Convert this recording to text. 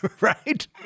Right